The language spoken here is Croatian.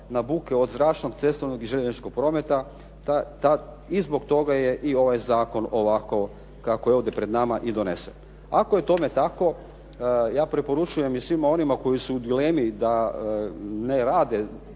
na buke od zračnog, cestovnog i željezničkog prometa, i zbog toga je i ovaj zakon ovako kako je ovdje pred nama i donesen. Ako je tome tako, ja preporučujem i svima onima koji su u dilemi da ne rade